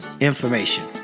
information